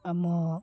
ଆମ